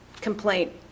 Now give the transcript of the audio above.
complaint